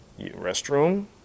restroom